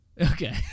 Okay